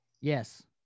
Yes